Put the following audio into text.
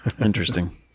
Interesting